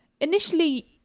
initially